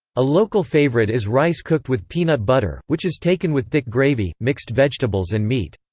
a local favourite is rice cooked with peanut butter, which is taken with thick gravy, mixed vegetables and meat.